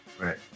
Right